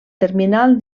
terminal